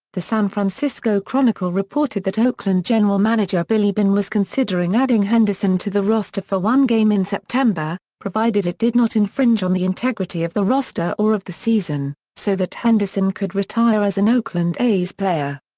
the san francisco chronicle reported that oakland general manager billy beane was considering adding henderson to the roster for one game in september, provided it did not infringe on the integrity of the roster or of the season, so that henderson could retire as an oakland a's player.